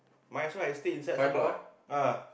might as well I stay inside Sembawang ah